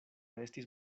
estis